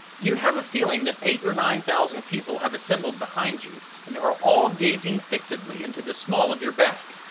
you have a feeling that eight or nine thousand people have assembled behind you and are all gazing fixedly into the small of your back.